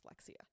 dyslexia